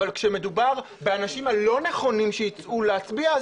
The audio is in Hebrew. אבל כאשר מדובר באנשים הלא נכונים שיצאו להצביע,